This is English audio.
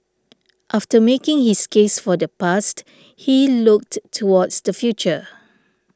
after making his case for the past he looked towards the future